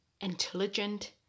intelligent